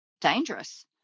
dangerous